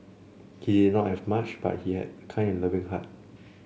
he did not have much but he had a kind and loving heart